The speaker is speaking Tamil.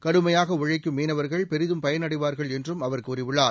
கடுமையாக உழைக்கும் மீனவர்கள் பெரிதும் பயனடைவார்கள் என்றும் அவர் கூறியுள்ளார்